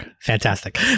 Fantastic